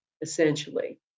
essentially